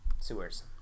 sewers